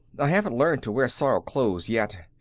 i haven't learned to wear soiled clothes yet.